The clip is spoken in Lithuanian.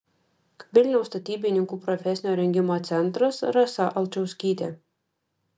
vilniaus statybininkų profesinio rengimo centras rasa alčauskytė